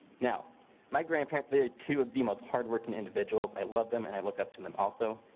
now my grandparents, the two of the most hardworking individuals. i love them. and i look up to them also.